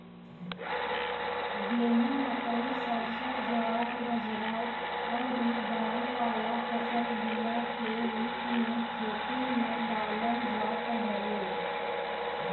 गेंहू, मकई, सरसों, ज्वार बजरा अउरी दाल वाला फसल बिया के रूप में खेते में डालल जात हवे